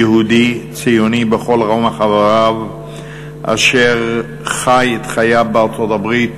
יהודי ציוני בכל רמ"ח איבריו אשר חי את חייו בארצות-הברית